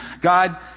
God